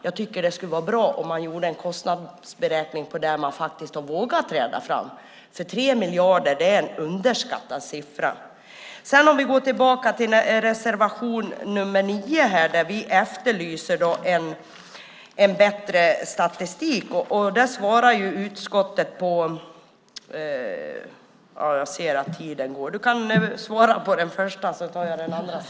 Jag tycker att det skulle vara bra om det gjordes en kostnadsberäkning beträffande att man faktiskt vågat träda fram, för 3 miljarder är en underskattad siffra. I reservation nr 9, för att återgå till den, efterlyser vi en bättre statistik. Jag återkommer till det i min nästa replik.